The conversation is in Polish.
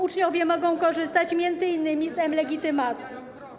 Uczniowie mogą korzystać m.in. z mLegitymacji.